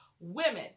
Women